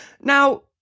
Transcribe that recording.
now